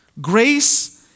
Grace